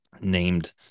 named